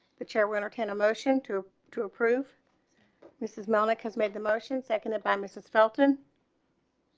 the chair will entertain a motion to to approve this is malik has made the motion seconded by mrs felton